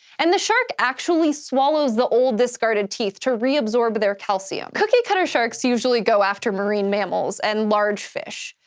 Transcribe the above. and the shark actually swallows the old, discarded teeth to reabsorb their calcium. cookiecutter sharks usually go after marine mammals and large fish,